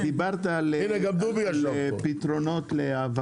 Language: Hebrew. מצאו מה הפתרונות?